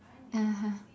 (uh huh)